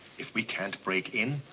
if we can't break in,